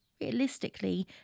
realistically